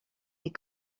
des